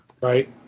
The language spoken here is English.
Right